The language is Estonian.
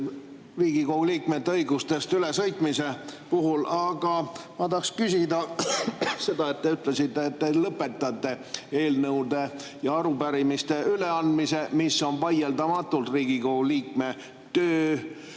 Riigikogu liikmete õigustest üle sõitmise pärast. Aga ma tahaks küsida seda. Te ütlesite, et te lõpetate eelnõude ja arupärimiste üleandmise, mis on vaieldamatult Riigikogu liikme töö,